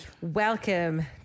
Welcome